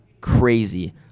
crazy